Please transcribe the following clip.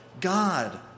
God